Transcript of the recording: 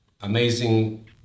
amazing